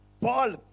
Paul